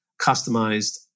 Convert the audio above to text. customized